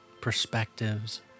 perspectives